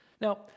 now